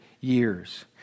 years